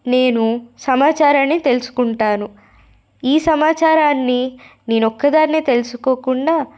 నేను సమాచారాన్ని తెలుసుకుంటాను ఈ సమాచారాన్ని నేన ఒక్కదాన్నే తెలుసుకోకుండా